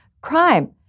crime